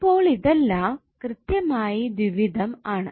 ഇപ്പോൾ ഇതെല്ലം കൃത്യമായി ദ്വിവിധം ആണ്